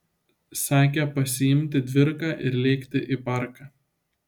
sakė pasiimti dvirką ir lėkti į parką